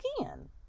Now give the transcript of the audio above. again